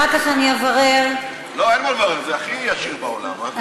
ראש הממשלה הצביע בעד ההתנתקות,